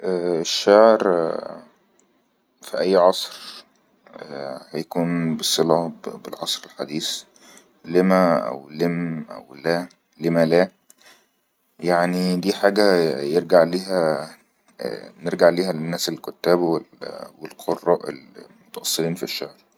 الشعر في أي عصر هيكون بالصله بالعصر الحديث لما أو لم أو لا لما لا يعني دي حاجة يرجع لها نرجع لها للناس الكتاب والقراء المتأصلين في الشهر